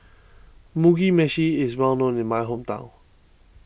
Mugi Meshi is well known in my hometown